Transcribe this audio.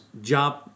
job